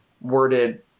worded